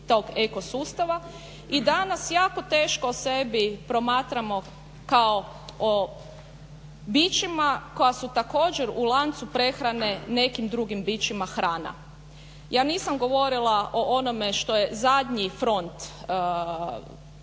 i danas jako teško o sebi promatramo kao o bićima koja su također u lancu prehrane nekim drugim bićima hrana. Ja nisam govorila o onome što je zadnji front